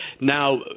Now